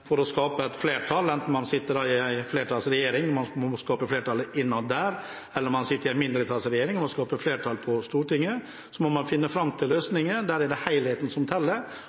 for å skape et flertall – enten man sitter i en flertallsregjering og må skape flertallet innad der, eller man sitter i en mindretallsregjering og må skape flertall på Stortinget – må man finne fram til løsninger. Der er det helheten som teller,